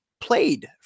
played